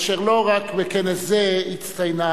אשר לא רק בכנס זה הצטיינה,